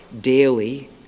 daily